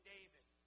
David